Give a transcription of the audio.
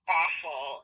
awful